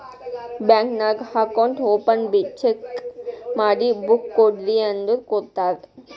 bank ನಾಗ್ account open check ಮಾಡಿ book ಕೊಡ್ರಿ ಅಂದುರ್ ಕೊಡ್ತಾರ್